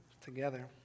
together